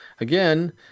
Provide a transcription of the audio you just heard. again